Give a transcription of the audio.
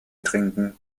trinken